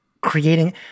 creating